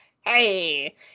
hey